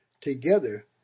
Together